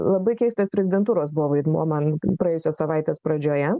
labai keista prezidentūros buvo vaidmuo man praėjusios savaitės pradžioje